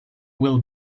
will